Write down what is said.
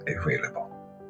available